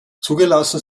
zugelassen